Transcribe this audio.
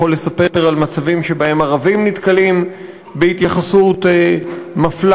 לספר על מצבים שבהם ערבים נתקלים בהתייחסות מפלה,